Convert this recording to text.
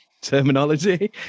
terminology